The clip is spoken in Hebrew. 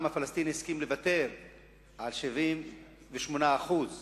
העם הפלסטיני הסכים לוותר על 78% משטחה,